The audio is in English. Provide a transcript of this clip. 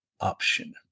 option